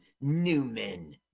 Newman